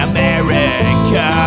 America